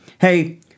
hey